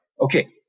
okay